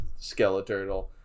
Skeleturtle